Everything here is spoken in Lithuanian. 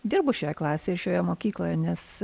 dirbu šioje klasėj ir šioje mokykloje nes